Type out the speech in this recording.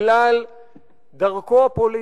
בגלל דרכו הפוליטית,